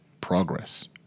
progress